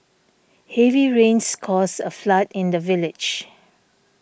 heavy rains caused a flood in the village